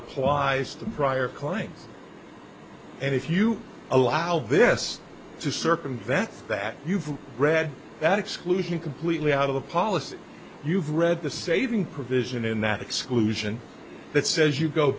applies to prior claims and if you allow this to circumvent that you've read that exclusion completely out of the policy you've read the saving provision in that exclusion that says you go